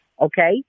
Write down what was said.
Okay